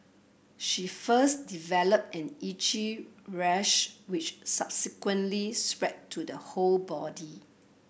she first developed an itchy rash which subsequently spread to the whole body